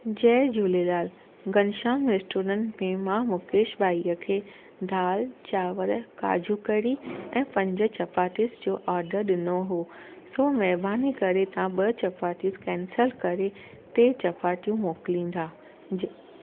जय Jhulelal Ghanshyam restaurant में मां मुकेश भाईअ खे दाल चांवर काजू कड़ी ऐं पंज चपातीस जो ऑडर ॾिनो हुओ सो महिरबानी करे तव्हां ॿ चपातीस कैंसिल करे टे चपातियूं मोकिलिंदा जी